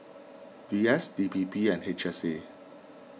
V S D P P and H S A